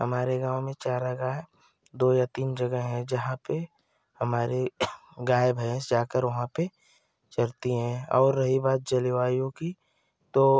हमारे गाँव में चारागाह है दो या तीन जगह हैं जहाँ पर हमारे गाय भैंस जाकर वहाँ पर चरती हैं और रही बात जलवायु की तो